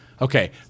Okay